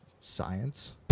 Science